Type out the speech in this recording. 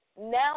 Now